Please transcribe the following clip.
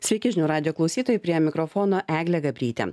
sveiki žinių radijo klausytojai prie mikrofono eglė gabrytė